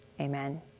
Amen